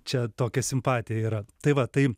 čia tokia simpatija yra tai va tai